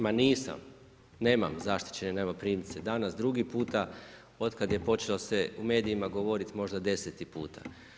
Ma nisam, nemam zaštićene najmoprimce, danas drugi puta od kad je počelo se u medijima govoriti možda deseti puta.